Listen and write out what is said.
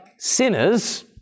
Sinners